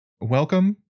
welcome